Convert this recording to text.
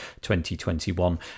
2021